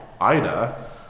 Ida